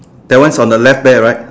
that one's on the left bear right